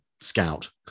scout